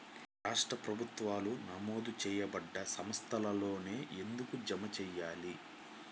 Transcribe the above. రాష్ట్ర ప్రభుత్వాలు నమోదు చేయబడ్డ సంస్థలలోనే ఎందుకు జమ చెయ్యాలి?